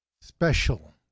special